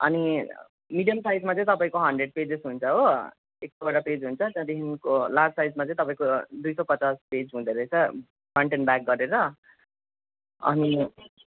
अनि मिडियम साइजमा चाहिँ तपाईँको हन्ड्रेड पेजेस हुन्छ हो एक सयवटा पेज हुन्छ त्यहाँदेखिको लार्ज साइजमा चाहिँ तपाईँको दुई सय पचास पेज हुँदोरहेछ कन्टेन्ट व्याक गरेर अनि